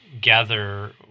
gather